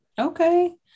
Okay